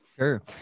Sure